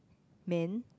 man